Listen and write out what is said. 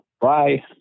Bye